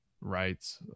rights